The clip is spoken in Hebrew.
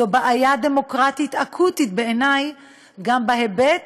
זו בעיה דמוקרטית אקוטית בעיני גם בהיבט